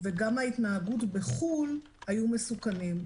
וגם ההתנהגות בחול היו מסוכנים.